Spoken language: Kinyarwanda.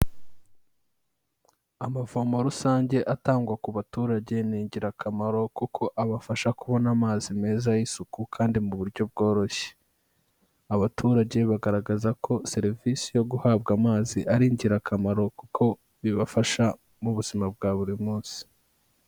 Amavomo rusange atangwa ku baturage ni ingirakamaro kuko abafasha kubona amazi meza y'isuku kandi mu buryo bworoshye. Abaturage bagaragaza ko serivisi yo guhabwa amazi ari ingirakamaro kuko bibafasha mu buzima bwa buri munsi.